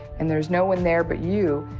and there's no one there but you,